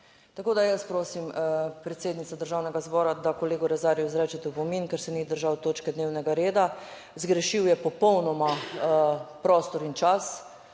tako da jaz prosim, predsednica Državnega zbora, da kolegu Rezarju izrečete opomin, ker se ni držal točke dnevnega reda. Zgrešil je popolnoma prostor in čas.